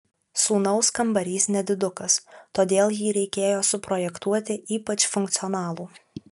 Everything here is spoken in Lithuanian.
sūnaus kambarys nedidukas todėl jį reikėjo suprojektuoti ypač funkcionalų